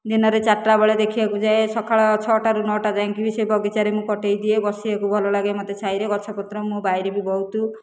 ଦିନରେ ଚାରିଟାବେଳେ ଦେଖିବାକୁ ଯାଏ ସକାଳ ଛଅଟାରୁ ନଅଟା ଯାଇକି ସେ ବଗିଚାରେ ମୁଁ କଟାଇଦିଏ ବସିବାକୁ ଭଲ ଲାଗେ ମୋତେ ଛାଇରେ ଗଛପତ୍ର ମୋ ବାରିରେ ବି ବହୁତ